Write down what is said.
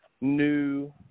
new